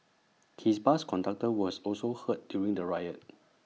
his bus conductor was also hurt during the riot